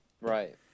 Right